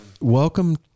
welcome